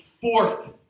fourth